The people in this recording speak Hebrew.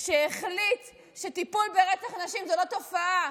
שהחליט שטיפול ברצח נשים, זו לא תופעה.